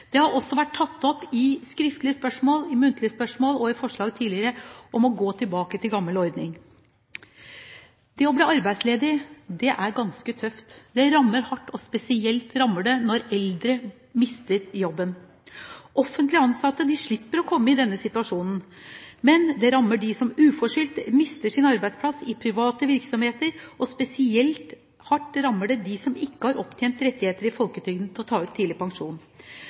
Det har også vært tatt opp i skriftlige spørsmål, i muntlige spørsmål, og i forslag tidligere om å gå tilbake til gammel ordning. Det å bli arbeidsledig er ganske tøft. Det rammer hardt, og spesielt rammer det når eldre mister jobben. Offentlig ansatte slipper å komme i denne situasjonen, men det rammer dem som uforskyldt mister sin arbeidsplass i private virksomheter, og spesielt hardt rammer det dem som ikke har opptjent rettigheter i folketrygden til å ta ut tidlig pensjon.